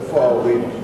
איפה ההורים?